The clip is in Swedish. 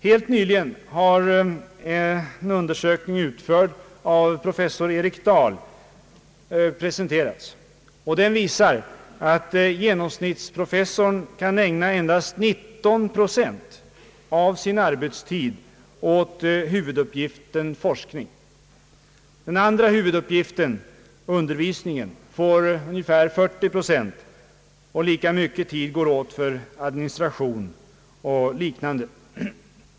Helt nyligen har en undersökning, utförd av professor Erik Dahl, presenterats som visar att genomsnittsprofessorn kan ägna endast 19 procent av sin arbetstid åt huvuduppgiften forskning. Den andra huvuduppgiften, undervisningen, får 40 procent, och ungeför lika mycket tid går åt för administration och liknande.